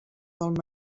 del